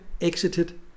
exited